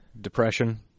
depression